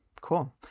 Cool